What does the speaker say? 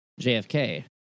JFK